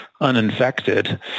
uninfected